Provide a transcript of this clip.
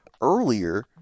earlier